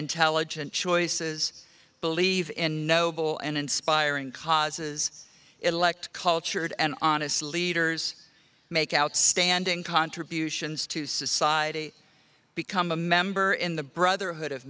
intelligent choices believe in noble and inspiring causes elect cultured and honestly leaders make outstanding contributions to society become a member in the brotherhood of